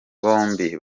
bombi